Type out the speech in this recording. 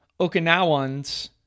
Okinawans